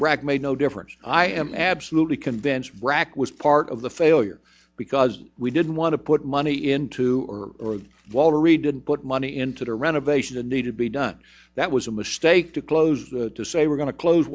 bragg made no difference i am absolutely convinced brac was part of the failure because we didn't want to put money into our walter reed didn't put money into the renovation the need to be done that was a mistake to close to say we're going to close